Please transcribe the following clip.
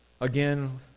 Again